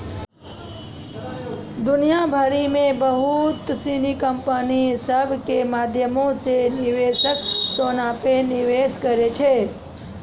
दुनिया भरि मे बहुते सिनी कंपनी सभ के माध्यमो से निवेशक सोना पे निवेश करै छै